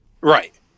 Right